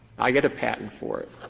i get a patent for it.